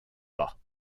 pas